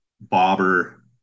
bobber